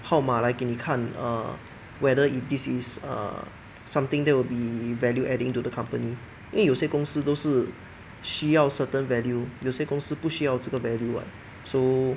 号码来给你看 err whether if this is err something that will be value adding to the company 因为有些公司都是需要 certain value 有些公司不需要这个 value [what] so